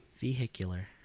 Vehicular